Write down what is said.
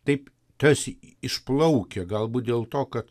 taip tarsi išplaukia galbūt dėl to kad